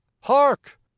hark